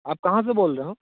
आप कहाँ से बोल रहे हो